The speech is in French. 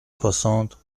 soixante